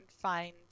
find